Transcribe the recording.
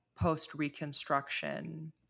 post-reconstruction